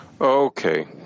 okay